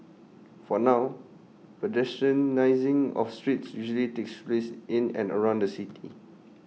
for now pedestrianising of streets usually takes place in and around the city